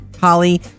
Holly